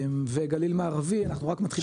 וגליל מערבי אנחנו רק מתחילים.